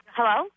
Hello